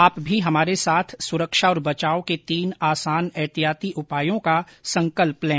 आप भी हमारे साथ सुरक्षा और बचाव के तीन आसान एहतियाती उपायों का संकल्प लें